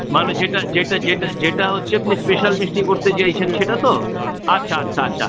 মানে যেটা যেটা যেটা যেটা হচ্ছে আপনি স্পেশাল মিষ্টি করতে চাইছেন সেটা তো আচ্ছা আচ্ছা আচ্ছা